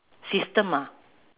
system ah